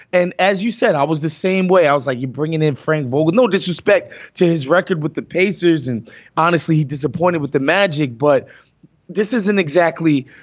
and as you said, i was the same way. i was like you bringing in frank vogel. no disrespect to his record with the pacers. and honestly, he disappointed with the magic. but this isn't exactly,